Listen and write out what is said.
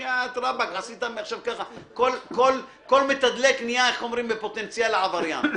עכשיו כל מתדלק נהיה בפוטנציאל עבריין,